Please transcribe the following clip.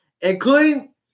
including